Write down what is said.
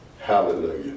hallelujah